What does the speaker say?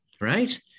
right